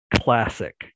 classic